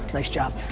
nice job.